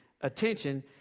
attention